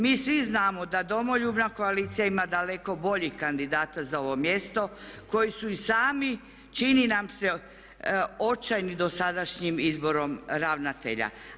Mi svi znamo da Domoljubna koalicija ima daleko boljih kandidata za ovo mjesto koji su i sami čini nam se očajni dosadašnjim izborom ravnatelja.